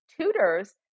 tutors